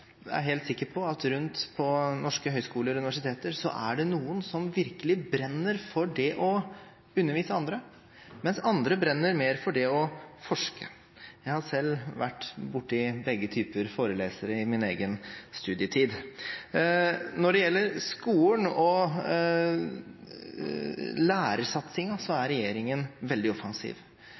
er helt sikker på at rundt på norske høyskoler og universiteter er det noen som virkelig brenner for det å undervise andre, mens andre brenner mer for det å forske. Jeg har selv vært borti begge typer forelesere i min egen studietid. Når det gjelder skolen og lærersatsingen, er regjeringen veldig offensiv.